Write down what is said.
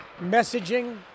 messaging